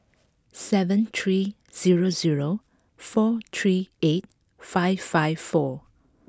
seven three zero zero four three eight five five four